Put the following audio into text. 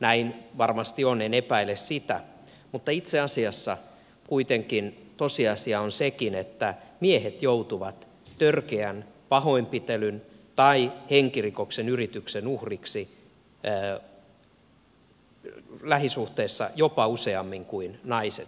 näin varmasti on en epäile sitä mutta itse asiassa kuitenkin tosiasia on sekin että miehet joutuvat törkeän pahoinpitelyn tai henkirikoksen yrityksen uhriksi lähisuhteessa jopa useammin kuin naiset suomessa